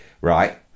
Right